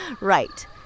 Right